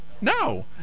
no